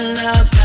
love